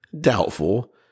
Doubtful